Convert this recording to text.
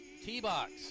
T-Box